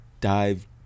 dive